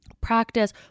practice